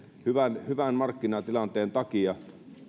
hyvän hyvän markkinatilanteen takia